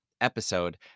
episode